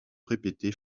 répétés